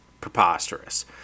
preposterous